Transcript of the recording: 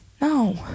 no